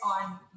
on